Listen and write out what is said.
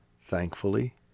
thankfully